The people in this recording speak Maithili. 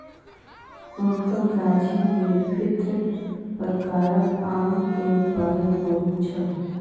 हुनकर गाछी में विभिन्न प्रकारक आम के उत्पादन होइत छल